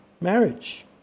marriage